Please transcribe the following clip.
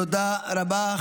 תודה רבה.